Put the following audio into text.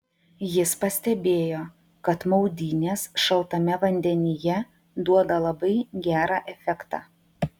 jis pastebėjo kad maudynės šaltame vandenyje duoda labai gerą efektą